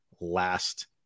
last